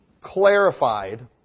clarified